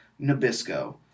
Nabisco